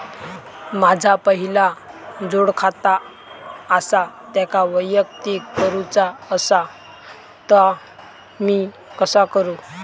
माझा पहिला जोडखाता आसा त्याका वैयक्तिक करूचा असा ता मी कसा करू?